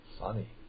funny